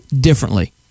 differently